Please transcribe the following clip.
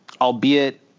albeit